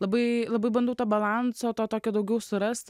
labai labai bandau to balanso to tokio daugiau surast